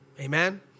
Amen